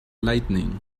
lightning